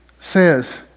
says